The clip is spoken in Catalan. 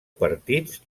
partits